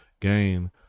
gain